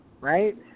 right